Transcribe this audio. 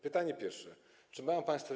Pytanie pierwsze: Czy mają państwo.